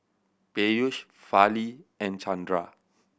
Peyush Fali and Chandra